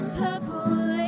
purple